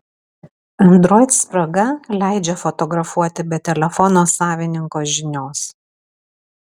android spraga leidžia fotografuoti be telefono savininko žinios